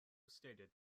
stated